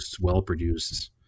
well-produced